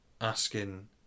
Asking